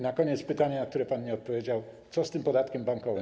Na koniec pytanie, na które pan nie odpowiedział: Co z tym podatkiem bankowym?